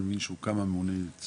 אבל אני מבין שהוא מכמה ממוני ציבור.